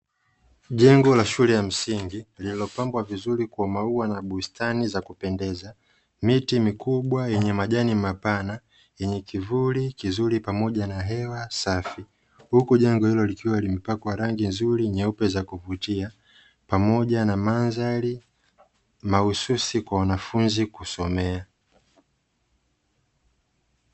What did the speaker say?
Jengo la shule ya msingi lililopambwa vizuri kwa maua na bustani za kupendeza, miti mikubwa yenye majani mapana yenye kivuli kizuri pamoja na hewa safi. Huku jengo hilo likiwa limepakwa rangi nzuri, nyeupe ya kuvutia pamoja na mandhari mahususi kwa wanafunzi kusomea.